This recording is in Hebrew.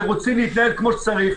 שרוצים להתנהל כמו שצריך,